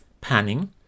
panning